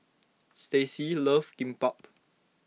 Staci loves Kimbap